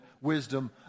wisdom